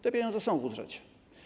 Te pieniądze są w budżecie.